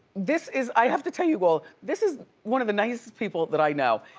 this is, i have to tell you all, this is one of the nicest people that i know.